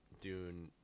Dune